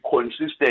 consistent